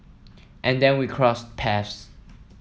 and then we crossed paths